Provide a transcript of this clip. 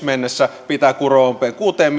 mennessä pitää kuroa umpeen kuuteen